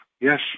Yes